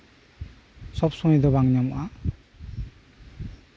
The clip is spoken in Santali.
ᱥᱚᱵ ᱥᱚᱢᱚᱭ ᱫᱚ ᱵᱟᱝ ᱧᱟᱢᱚᱜᱼᱟ